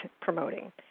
promoting